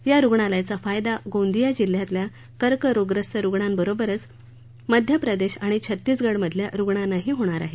या रुग्णालयाचा फायदा गोंदिया जिल्ह्यातल्या कर्करोगग्रस्त रुग्णांबरोबरच मध्यप्रदेश आणि छत्तीसगड इथल्या रुग्णांनाही होणार आहे